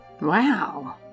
Wow